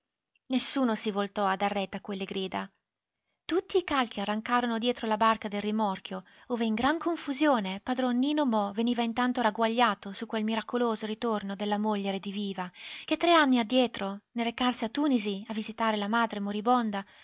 nessuno si voltò a dar retta a quelle grida tutti i calchi arrancarono dietro la barca del rimorchio ove in gran confusione padron nino mo veniva intanto ragguagliato su quel miracoloso ritorno della moglie rediviva che tre anni addietro nel recarsi a tunisi a visitare la madre moribonda